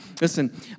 listen